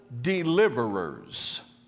deliverers